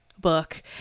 book